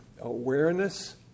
Awareness